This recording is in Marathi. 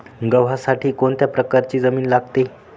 गव्हासाठी कोणत्या प्रकारची जमीन लागते?